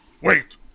Wait